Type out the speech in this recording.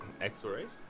Exploration